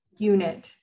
unit